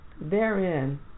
Therein